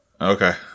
Okay